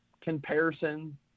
comparison